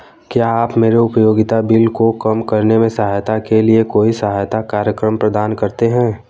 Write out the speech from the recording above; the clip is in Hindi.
क्या आप मेरे उपयोगिता बिल को कम करने में सहायता के लिए कोई सहायता कार्यक्रम प्रदान करते हैं?